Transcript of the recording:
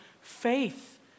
faith